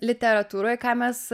literatūroj ką mes